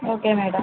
okay madam